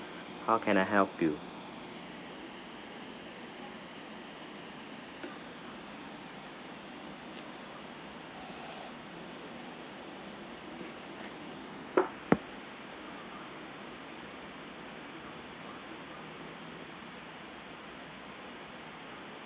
how can I help you